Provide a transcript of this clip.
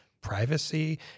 privacy